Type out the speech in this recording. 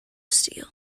steel